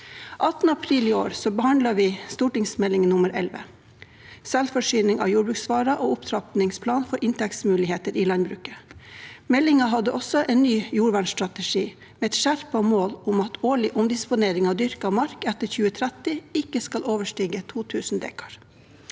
18. april i år behandlet vi Meld. St. 11 for 2023– 2024, om selvforsyning av jordbruksvarer og opptrappingsplan for inntektsmuligheter i landbruket. Meldingen hadde også en ny jordvernstrategi med et skjerpet mål om at årlig omdisponering av dyrket mark etter 2030 ikke skal overstige 2 000 dekar.